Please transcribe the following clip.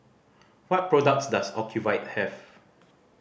what products does Ocuvite have